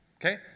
Okay